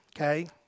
Okay